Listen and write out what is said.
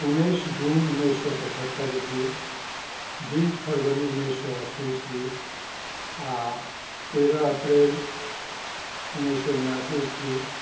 उन्नैस जून उन्नैस सए पचहत्तरि ईस्वी बीस फरवरी उन्नैस सए अस्सी ईस्वी आओर तेरह अप्रिल उन्नैस सए उनासी ईस्वी